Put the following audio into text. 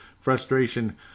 Frustration